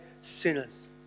sinners